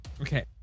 Okay